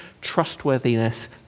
trustworthiness